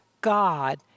god